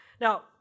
Now